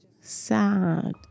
sad